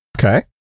Okay